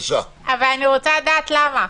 אבל אני רוצה לדעת למה.